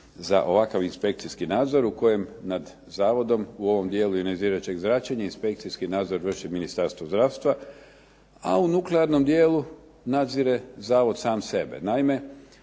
za ovakav inspekcijski nadzor u kojem nad zavodom u ovom dijelu ionizirajućeg zračenja inspekcijski nadzor vrši Ministarstvo zdravstva a u nuklearnom dijelu nadzire zavod sam sebe.